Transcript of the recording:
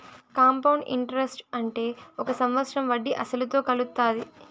compound interest అంటే ఒక సంవత్సరం వడ్డీ అసలుతో కలుత్తాది